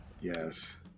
Yes